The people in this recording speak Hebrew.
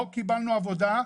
לא קיבלנו כל עבודה.